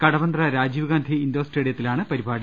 Kadavanthra Rajiv Gandhi indoor സ്റ്റേഡിയത്തിലാണ് പരിപാടി